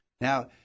Now